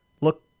look